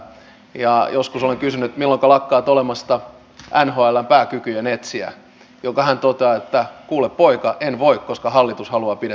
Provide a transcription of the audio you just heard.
eduskunta edellyttää että hallitus ryhtyy tarvittaviin toimiin vuorotteluvapaan ehtojen palauttamiseksi sellaiselle tasolle että kuule poika en voi koska hallitus haluaa pitää